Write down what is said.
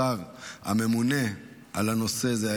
השר הממונה על הנושא זה,